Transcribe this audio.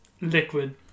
liquid